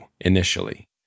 initially